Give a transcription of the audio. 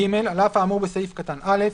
(ג)על אף האמור בסעיף קטן (א),